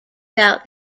doubt